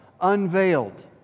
unveiled